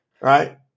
right